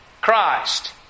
Christ